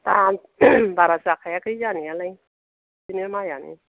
दा बारा जाखायाखै जानायालाय बिदिनो माइयानो